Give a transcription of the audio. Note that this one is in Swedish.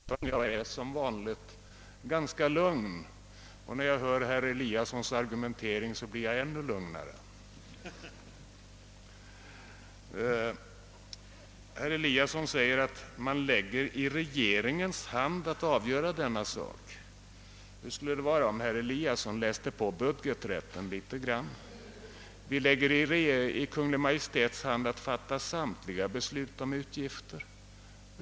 Herr talman! Jag vill upplysningsvis meddela herr Eliasson att jag är varken besvärad eller irriterad, utan jag är som vanligt ganska lugn. När jag hör herr Eliassons argumentering blir jag ännu lugnare. Herr Eliasson säger att man lägger i regeringens hand att avgöra denna sak. Hur skulle det vara om herr Eliasson något läste på budgeträtten? Vi lägger i Kungl. Maj:ts hand att fatta samtliga beslut om utgifter.